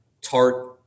tart